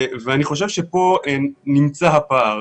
אני חושב שפה נמצא הפער.